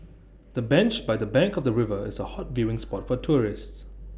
the bench by the bank of the river is A hot viewing spot for tourists